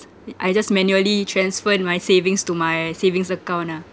I just manually transfer my savings to my savings account ah